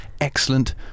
excellent